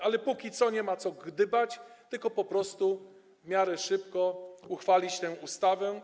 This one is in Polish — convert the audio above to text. Ale póki co nie ma co gdybać, tylko po prostu w miarę szybko uchwalić tę ustawę.